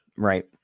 right